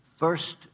first